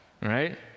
right